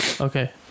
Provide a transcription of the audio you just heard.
okay